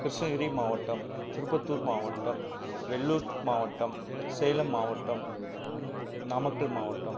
கிருஷ்ணகிரி மாவட்டம் திருப்பத்தூர் மாவட்டம் வெல்லூர் மாவட்டம் சேலம் மாவட்டம் நாமக்கல் மாவட்டம்